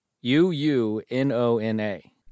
U-U-N-O-N-A